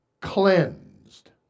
cleansed